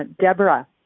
Deborah